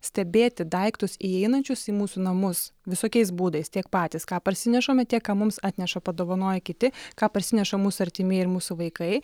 stebėti daiktus įeinančius į mūsų namus visokiais būdais tiek patys ką parsinešame tiek ką mums atneša padovanoja kiti ką parsineša mūsų artimieji ir mūsų vaikai